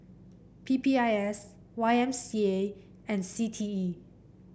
P P I S Y M C A and C T E